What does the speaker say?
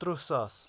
تٕرٛہ ساس